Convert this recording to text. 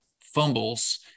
fumbles